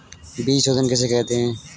बीज शोधन किसे कहते हैं?